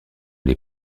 les